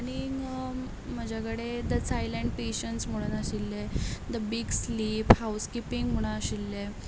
आनीक म्हजे कडेन द सायलंट पेशंस म्हणून आशिल्लें the big sleeve house keeping म्हणून आशिल्लें